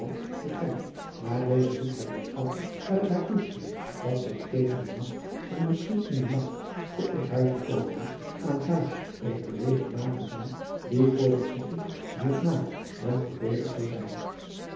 te kennen maar deze ried haar dit af daar het haar toescheen dat zij tegen den nacht of misschien in den nacht te enkhuizen komende aan huis eene beweging maken zou die voor de zieke meer na dan voordeelig zou zijn